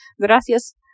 Gracias